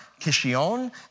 Kishion